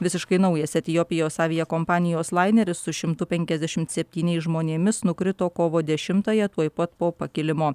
visiškai naujas etiopijos aviakompanijos laineris su šimtu penkiasdešimt septyniais žmonėmis nukrito kovo dešimtąją tuoj pat po pakilimo